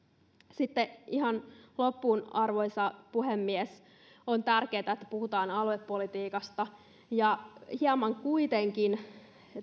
sitten ihan loppuun arvoisa puhemies on tärkeätä että puhutaan aluepolitiikasta hieman kuitenkin